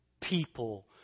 people